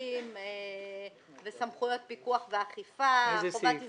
ומסמכים וסמכויות פיקוח ואכיפה, כולל חובת הזדהות.